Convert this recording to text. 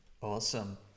Awesome